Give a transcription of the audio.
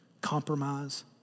compromise